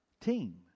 team